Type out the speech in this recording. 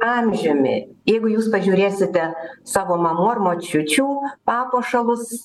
amžiumi jeigu jūs pažiūrėsite savo mamų ar močiučių papuošalus